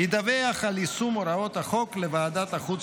ידווח על יישום הוראות החוק לוועדת החוץ